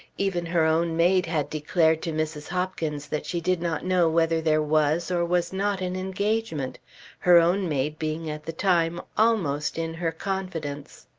even her own maid had declared to mrs. hopkins that she did not know whether there was or was not an engagement her own maid being at the time almost in her confidence.